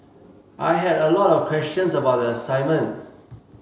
I had a lot of questions about the assignment